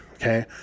okay